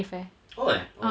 oh eh okay okay